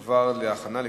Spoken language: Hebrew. (תיקון מס' 3) (דיונים בחקיקת משנה),